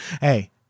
hey